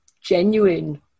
genuine